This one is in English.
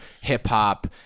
hip-hop